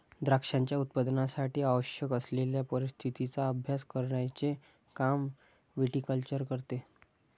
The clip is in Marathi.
द्राक्षांच्या उत्पादनासाठी आवश्यक असलेल्या परिस्थितीचा अभ्यास करण्याचे काम विटीकल्चर करते